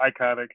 Iconic